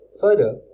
Further